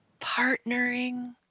partnering